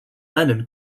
lennon